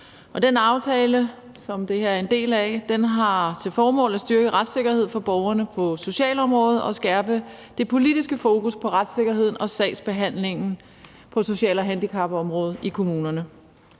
del af, har til formål at styrke retssikkerheden for borgerne på socialområdet og skærpe det politiske fokus på retssikkerheden og sagsbehandlingen på social- og handicapområdet i kommunerne.